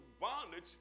bondage